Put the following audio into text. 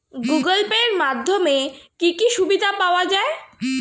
Google Pay এর মাধ্যমে কি কি সুবিধা পাওয়া যায়?